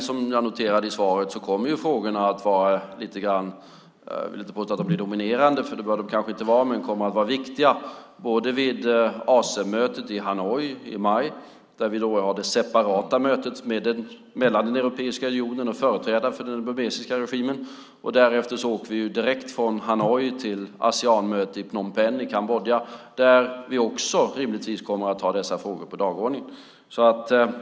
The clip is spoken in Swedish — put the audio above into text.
Som jag säger i svaret kommer frågorna att vara kanske inte dominerande men viktiga både vid ASEM-mötet i Hanoi i maj där vi har det separata mötet mellan Europeiska unionen och företrädarna för den burmesiska regimen. Därefter åker vi direkt från Hanoi till Aseanmötet i Phnom Penh i Kambodja där vi också rimligtvis kommer att ha dessa frågor på dagordningen.